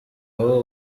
aho